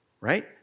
Right